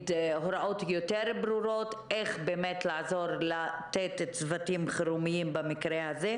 הוראות יותר ברורות איך באמת לעזור ולתת צוותי חירום במקרה הזה,